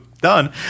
done